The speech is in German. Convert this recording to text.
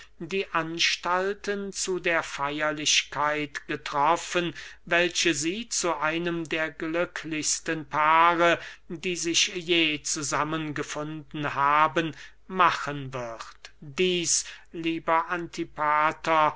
die anstalten zu der feierlichkeit getroffen welche sie zu einem der glücklichsten paare die sich je zusammen gefunden haben machen wird dieß lieber antipater